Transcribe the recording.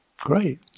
great